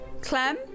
Clem